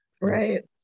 Right